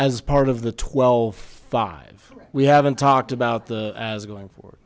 as part of the twelve five we haven't talked about the as a going for